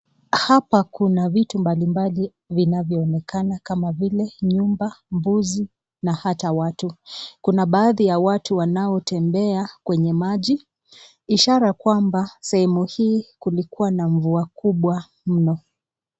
Hapa kuna vitu mbalimbali vinavyoonekana kama vile nyumba , mbuzi na ata watu baadhi wa watu wanotembea kwenye maji ishara ya kwamba sehemu hii kulikuwa na mvua kumbwa mno.